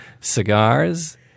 cigars